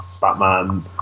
batman